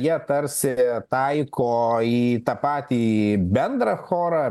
jie tarsi taiko į tą patį bendrą chorą